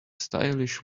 stylish